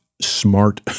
smart